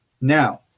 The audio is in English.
Now